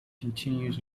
continues